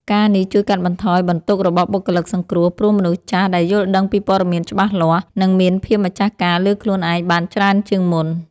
ការណ៍នេះជួយកាត់បន្ថយបន្ទុករបស់បុគ្គលិកសង្គ្រោះ ព្រោះមនុស្សចាស់ដែលយល់ដឹងពីព័ត៌មានច្បាស់លាស់ នឹងមានភាពម្ចាស់ការលើខ្លួនឯងបានច្រើនជាងមុន។